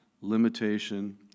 limitation